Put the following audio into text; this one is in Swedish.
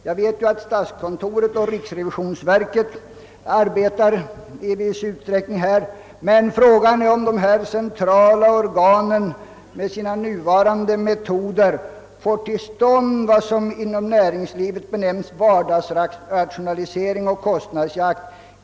Jag vet att statskontoret och riksrevisionsverket i viss utsträckning arbetar med saken, men frågan är om dessa centrala organ med sina nuvarande metoder inom hela det statliga verksamhetsfältet kan få till stånd vad som inom näringslivet kallas vardagsrationalisering och kostnadsjakt.